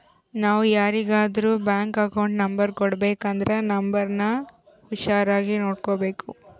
ನಾವು ಯಾರಿಗಾದ್ರೂ bank account number ಕೊಡಬೇಕಂದ್ರ ನೋಂಬರ್ನ ಹುಷಾರಾಗಿ ನೋಡ್ಬೇಕು